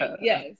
Yes